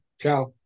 Ciao